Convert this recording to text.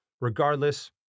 Regardless